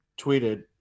tweeted